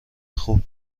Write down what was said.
خوب